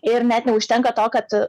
ir net neužtenka to kad